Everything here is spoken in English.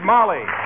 Molly